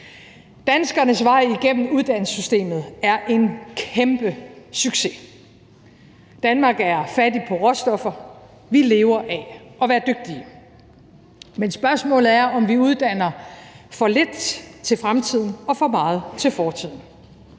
Danskernes vej igennem uddannelsessystemet er en kæmpe succes. Danmark er fattigt på råstoffer, vi lever af at være dygtige. Men spørgsmålet er, om vi uddanner for lidt til fremtiden og for meget til fortiden.